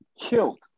killed